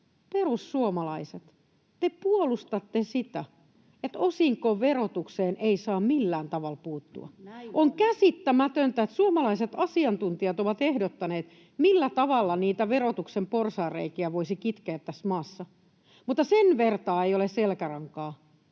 perussuomalaiset, te puolustatte sitä, että osinkoverotukseen ei saa millään tavalla puuttua. [Aino-Kaisa Pekonen: Näin on!] On käsittämätöntä, että kun suomalaiset asiantuntijat ovat ehdottaneet, millä tavalla niitä verotuksen porsaanreikiä voisi kitkeä tässä maassa, niin sen vertaa ei ole selkärankaa